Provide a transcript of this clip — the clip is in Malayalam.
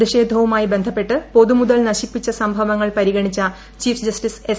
പ്രത്യിഷേധവുമായി ബന്ധപ്പെട്ട് പൊതുമുതൽ നശിപ്പിച്ച സംഭവങ്ങൾ പരിഗണിച്ച ചീഫ് ജസ്റ്റിസ് എസ്